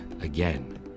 again